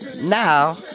Now